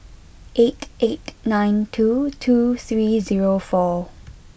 eight eight nine two two three zero four